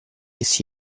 essi